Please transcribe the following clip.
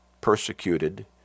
persecuted